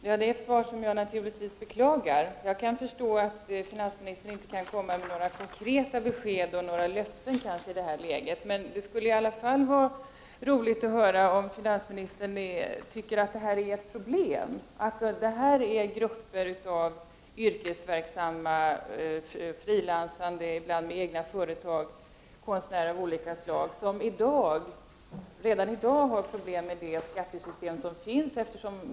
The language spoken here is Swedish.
Fru talman! Detta är naturligtvis ett svar som jag beklagar. Jag kan förstå att finansministern inte kan ge några konkreta besked i det här läget, men det skulle ändå vara roligt att höra om finansministern tycker att det här är ett problem. Det gäller grupper av yrkesverksamma frilansande konstnärer av olika slag, ibland med egna företag, som har problem redan med dagens skattesystem.